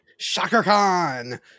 ShockerCon